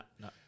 no